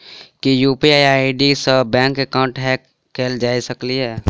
की UPI ID सऽ bank account hack कैल जा सकलिये?